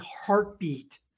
heartbeat